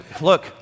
look